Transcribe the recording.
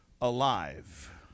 alive